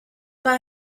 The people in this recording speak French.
pas